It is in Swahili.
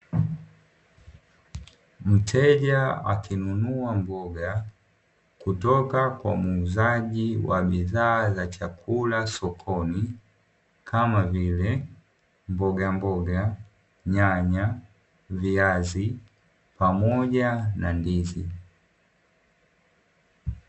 Mteja akinunua mboga kutoka kwa muuzaji wa bidhaa za chakula sokoni, kama: vile mbogamboga, nyanya, viazi pamoja na ndizi.